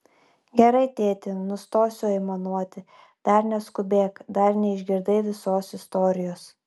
gerai tėti nustosiu aimanuoti dar neskubėk dar neišgirdai visos istorijos